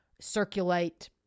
circulate